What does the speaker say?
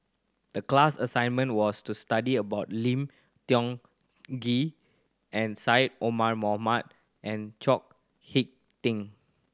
the class assignment was to study about Lim Tiong Ghee and Syed Omar Mohamed and Chao Hick Tin